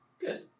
good